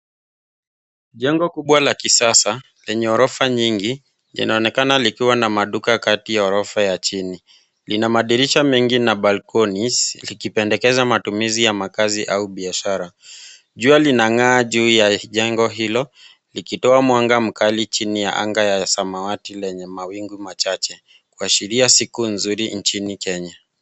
Jengo kubwa la kisasa lenye orofa nyingi inaonekana likiwa na maduka kati ya orofa ya chini. Lina madirisha mengi na balconies likipendekeza matumizi ya makazi au biashara. Jua linangaa juu ya jengo hilo ikitoa mwanga mkali chini ya anga ya samawati lenye mawingu machache, kuashiria siku nzuri nchini Kenya.